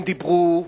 הם דיברו,